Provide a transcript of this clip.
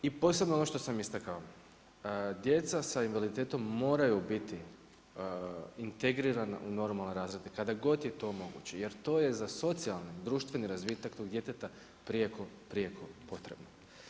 I posebno ono što sam istakao, djeca sa invaliditetom moraju biti integrirana u normalan razred i kada god je to moguće jer to je za socijalni i društveni razvitak tog djeteta prijeko, prijeko potrebno.